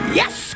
yes